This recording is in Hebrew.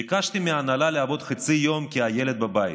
ביקשתי מההנהלה לעבוד חצי יום כי הילד בבית.